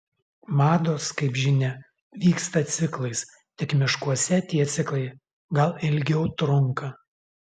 mados kaip žinia vyksta ciklais tik miškuose tie ciklai gal ilgiau trunka